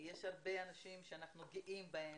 ויש הרבה אנשים שאנחנו גאים בהם.